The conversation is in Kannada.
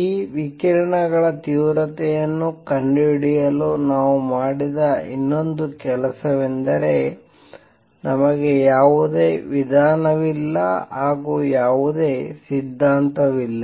ಈ ವಿಕಿರಣಗಳ ತೀವ್ರತೆಯನ್ನು ಕಂಡುಹಿಡಿಯಲು ನಾವು ಮಾಡಿದ ಇನ್ನೊಂದು ಕೆಲಸವೆಂದರೆ ನಮಗೆ ಯಾವುದೇ ವಿಧಾನವಿಲ್ಲ ಹಾಗೂ ಯಾವುದೇ ಸಿದ್ಧಾಂತವಿಲ್ಲ